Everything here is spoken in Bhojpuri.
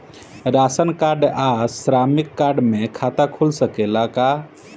राशन कार्ड या श्रमिक कार्ड से खाता खुल सकेला का?